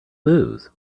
lose